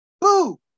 Boo